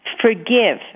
forgive